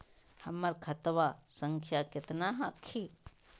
हमर खतवा संख्या केतना हखिन?